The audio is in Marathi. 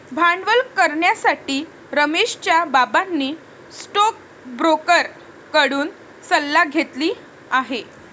भांडवल करण्यासाठी रमेशच्या बाबांनी स्टोकब्रोकर कडून सल्ला घेतली आहे